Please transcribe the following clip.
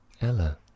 Ella